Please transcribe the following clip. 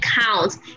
counts